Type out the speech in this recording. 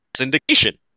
syndication